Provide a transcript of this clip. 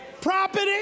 property